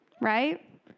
right